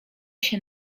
się